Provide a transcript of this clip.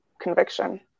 conviction